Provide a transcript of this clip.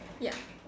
ya